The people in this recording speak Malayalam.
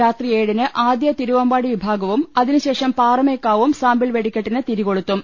രാത്രി ഏഴിന് ആദ്യ തിരുവമ്പാടി വിഭാഗവും അതിന് ശേഷം പാറമേ ക്കാവും സാമ്പിൾ വെടിക്കെട്ടിന് തിരികൊളുത്തും